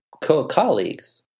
colleagues